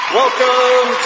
welcome